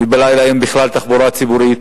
ובלילה אין בכלל תחבורה ציבורית,